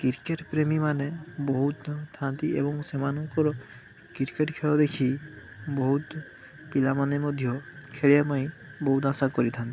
cricket ପ୍ରେମୀମାନେ ବହୁତ ଥାଆନ୍ତି ଏବଂ ସେମାନଙ୍କର କ୍ରିକେଟ ଖେଳ ଦେଖି ବହୁତ ପିଲାମାନେ ମଧ୍ୟ ଖେଳିବା ପାଇଁ ବହୁତ ଆଶା କରିଥାଆନ୍ତି